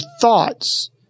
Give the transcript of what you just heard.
thoughts